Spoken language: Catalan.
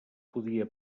podia